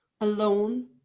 alone